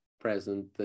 present